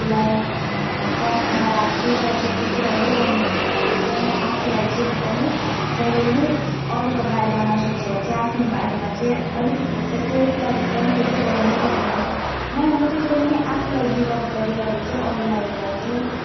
फर्स्टमा राख्थेँ तर त्यस्तो चाहिँ कहिले गर्न हुँदैन रहेछ अन्त आफुलाई चाहिँ नि जहिले पनि अरूको बारेमा नसोचेर चाहिँ आफ्नो बारेमा चाहिँ अलिकति सेल्फ लभ हुन्छ त्यो चाहिँ गर्नै पर्दो रहेछ नभए म चाहिँ जहिले पनि आफुलाई गिभ अप गरी गरी चाहिँ अरूलाई उयो गर्थेँ